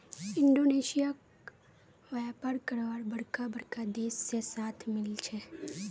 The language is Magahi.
इंडोनेशिया क व्यापार करवार बरका बरका देश से साथ मिल छे